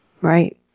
Right